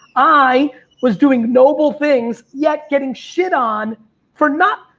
i was doing noble things yet getting shit on for not,